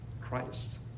Christ